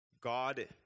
God